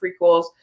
prequels